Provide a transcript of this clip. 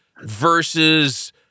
versus